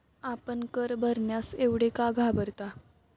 आपण कर भरण्यास एवढे का घाबरता?